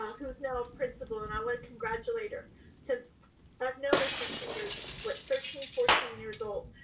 who's now principal and i wanna congratulate her since i've known her since she was what thirteen, fourteen years old.